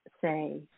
say